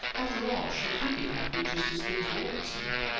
after all, she could be happy just as things were, it seemed.